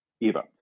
Eva